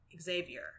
xavier